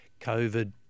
COVID